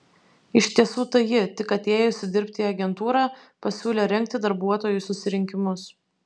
iš tiesų tai ji tik atėjusi dirbti į agentūrą pasiūlė rengti darbuotojų susirinkimus